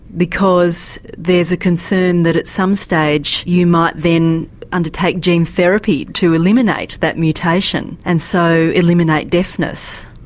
because there's a concern that at some stage you might then undertake gene therapy to eliminate that mutation and so eliminate deafness.